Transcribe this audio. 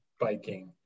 biking